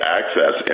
access